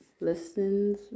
listens